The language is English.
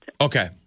okay